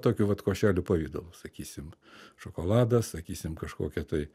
tokiu vat košelių pavidalu sakysim šokoladas sakysim kažkokie tai